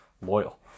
Loyal